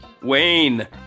Wayne